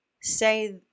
say